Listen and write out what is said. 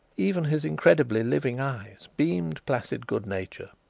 even his incredibly living eyes, beamed placid good-nature.